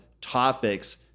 topics